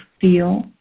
feel